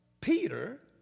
Peter